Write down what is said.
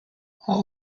all